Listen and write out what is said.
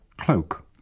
cloak